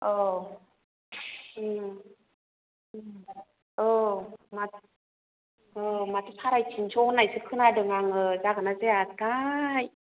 औ औ माथो माथो साराइ टिनस' होननायसो खोनादों आङो जागोन ना जायाथाय